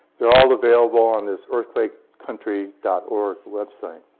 they're all available on this earthquakecountry dot org website.